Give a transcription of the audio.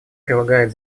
прилагает